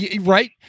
Right